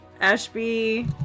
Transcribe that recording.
Ashby